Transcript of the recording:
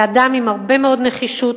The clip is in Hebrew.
לאדם עם הרבה מאוד נחישות,